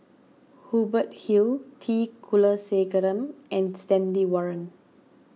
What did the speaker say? Hubert Hill T Kulasekaram and Stanley Warren